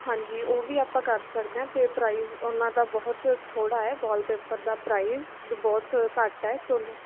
ਹਾਂਜੀ ਉਹ ਵੀ ਆਪਾਂ ਕਰ ਸਕਦੇ ਹਾਂ ਅਤੇ ਪ੍ਰਾਈਜ ਉਹਨਾਂ ਦਾ ਬਹੁਤ ਥੋੜ੍ਹਾ ਹੈ ਵਾਲਪੇਪਰ ਦਾ ਪ੍ਰਾਈਜ ਬਹੁਤ ਘੱਟ ਹੈ ਤੁਹਾਨੂੰ